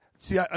See